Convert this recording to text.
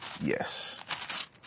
Yes